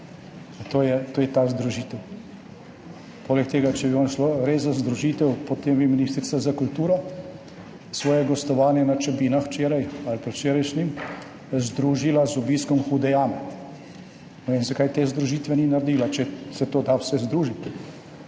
to je ta združitev. Poleg tega, če bi vam šlo res za združitev, potem bi ministrica za kulturo svoje gostovanje na Čebinah včeraj ali predvčerajšnjim združila z obiskom Hude jame. No, in zakaj te združitve ni naredila, če se to da vse združiti?